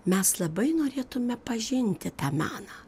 mes labai norėtume pažinti tą meną